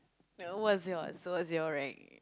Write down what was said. what's yours what's your rank